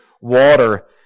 water